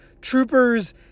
troopers